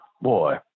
Boy